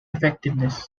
effectiveness